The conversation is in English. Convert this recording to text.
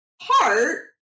heart